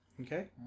Okay